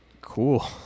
cool